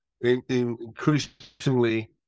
increasingly